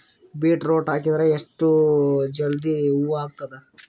Beetroot ಹಾಕಿದರ ಎಷ್ಟ ಜಲ್ದಿ ಹೂವ ಆಗತದ?